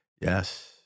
Yes